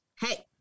hey